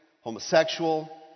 homosexual